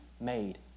made